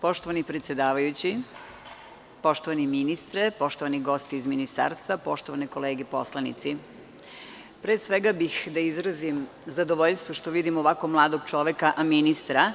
Poštovani predsedavajući, poštovani ministre, poštovani gosti iz Ministarstva, poštovane kolege poslanici, pre svega bih da izrazim zadovoljstvo što vidim ovako mladog čoveka kao ministra